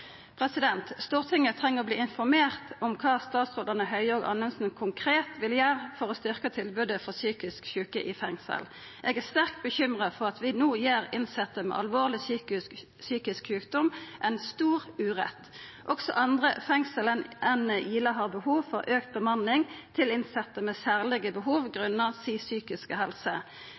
Stortinget treng å verta informert om kva statsrådane Høie og Anundsen konkret vil gjera for å styrkja tilbodet for psykisk sjuke i fengsel. Eg er sterkt bekymra for at vi no gjer innsette med alvorleg psykisk sjukdom ein stor urett. Også andre fengsel enn Ila har behov for auka bemanning til innsette med særlege behov på grunn av den psykiske